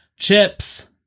Chips